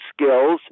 skills